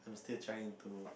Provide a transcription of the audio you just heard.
still trying to